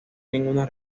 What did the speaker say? ninguna